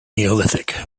neolithic